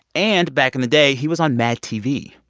and back in the day, he was on madtv,